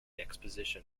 exposition